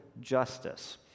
justice